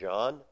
John